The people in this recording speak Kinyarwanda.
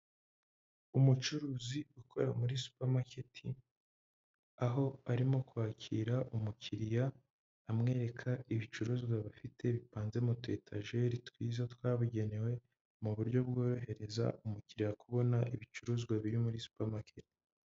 Umucuruzi ukorera muri supamaketi, aho arimo kwakira umukiriya, amwereka ibicuruzwa bafite bipanze mu tu etajeri twiza twabigenewe, mu buryo bworohereza umukiriya kubona ibicuruzwa biri muri supamaketi.